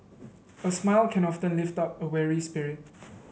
a smile can often lift up a weary spirit